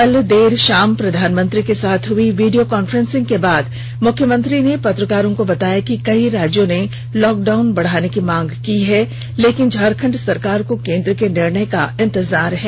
कल देर शाम प्रधानमंत्री के साथ हुई वीडियो कॉन्फ्रंसिंग के बाद मुख्यमंत्री ने पत्रकारों को बताया कि कई राज्यों ने लॉकडाउन बढ़ाने की मांग की है लेकिन झारखंड सरकार को केन्द्र के निर्णय का इंतजार है